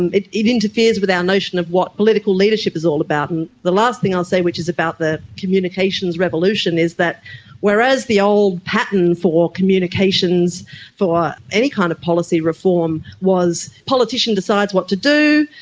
and it it interferes with our notion of what political leadership is all about. and the last thing i'll say, which is about the communications revolution, is that whereas the old pattern for communications for any kind of policy reform was politician decides what to do,